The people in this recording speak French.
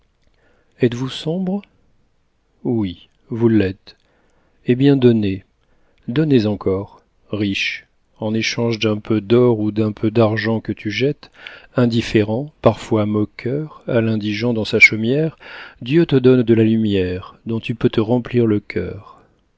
êtes-vous sombre oui vous l'êtes eh bien donnez donnez encor riche en échange d'un peu d'or ou d'un peu d'argent que tu jettes indifférent parfois moqueur a l'indigent dans sa chaumière dieu te donne de la lumière dont tu peux te remplir le cœur